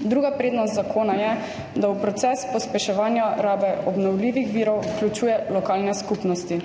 Druga prednost zakona je, da v proces pospeševanja rabe obnovljivih virov vključuje lokalne skupnosti.